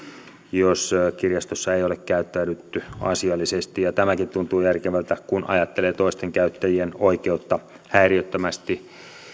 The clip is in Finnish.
jos kirjastossa ei ole käyttäydytty asiallisesti tämäkin tuntuu järkevältä kun ajattelee toisten käyttäjien oikeutta häiriöttömästi